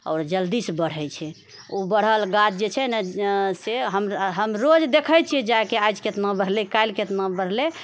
आओर जल्दीसँ बढै छै उ बढ़ल गाछ जे छै ने से हम हम रोज देखै छियै जाइके आज कितना बढ़लै काल्हि केतना बढ़लै